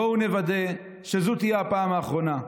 בואו נוודא שזאת תהיה הפעם האחרונה.